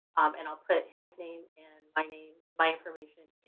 and i'll put his name and my name my information